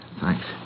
Thanks